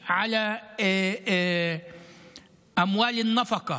על דבריו בערבית.)